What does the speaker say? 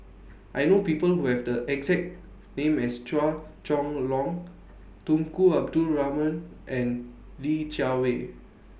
I know People Who Have The exact name as Chua Chong Long Tunku Abdul Rahman and Li Jiawei